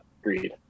agreed